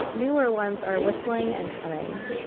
newer ones are whistling, and humming